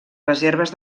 reserves